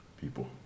people